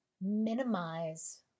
minimize